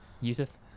Yusuf